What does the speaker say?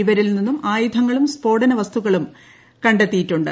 ഇവരിൽ നിന്നും ആയുധങ്ങളും സ്ഫോടന വസ്തുക്കളും കണ്ടെത്തിയിട്ടുണ്ട്